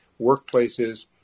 workplaces